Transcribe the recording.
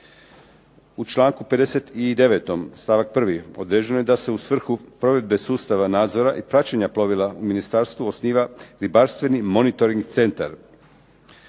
U članku 59. stavak 1. određeno je da se u svrhu provedbe sustava nadzora i praćenja plovila u ministarstvu osniva ribarstveni monitoring centar.